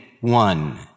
one